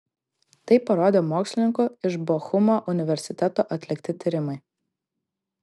tai parodė mokslininkų iš bochumo universiteto atlikti tyrimai